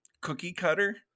cookie-cutter